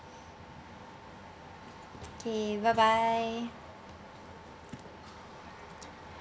okay bye bye